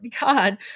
God